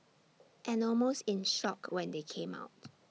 and almost in shock when they came out